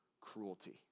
cruelty